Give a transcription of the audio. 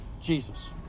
Jesus